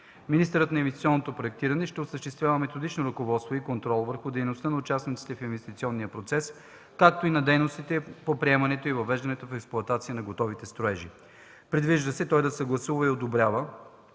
Министърът на инвестиционното проектиране ще осъществява методично ръководство и контрол върху дейността на участниците в инвестиционния процес, както и на дейностите по приемане и въвеждане в експлоатация на готовите строежи. Предвижда се той да съгласува и одобрява